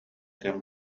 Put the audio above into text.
кэм